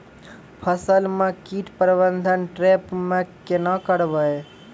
फसल म कीट प्रबंधन ट्रेप से केना करबै?